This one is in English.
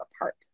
apart